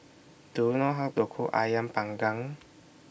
Do YOU know How to Cook Ayam Panggang